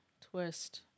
twist